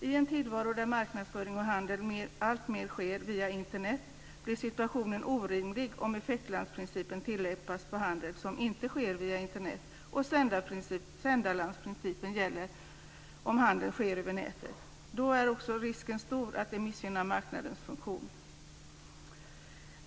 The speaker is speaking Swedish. I en tillvaro där marknadsföring och handel alltmer sker via Internet blir situationen orimlig om effektlandsprincipen tillämpas på handel som inte sker via Internet och sändarlandsprincipen gäller om handeln sker över nätet. Då är också risken stor att det missgynnar marknadens funktion.